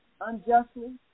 unjustly